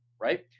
right